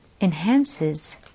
enhances